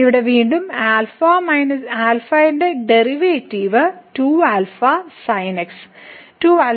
ഇവിടെ വീണ്ടും ന്റെ ഡെറിവേറ്റീവ് 2α sin x